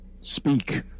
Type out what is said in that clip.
Speak